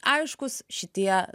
aiškūs šitie